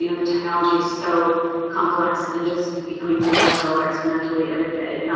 you know the technology is so complex and just becoming more so exponentially every day,